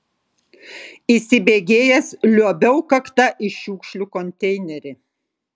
įsibėgėjęs liuobiau kakta į šiukšlių konteinerį